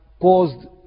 caused